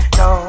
no